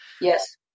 Yes